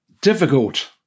Difficult